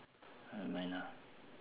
never mind lah